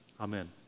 Amen